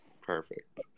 Perfect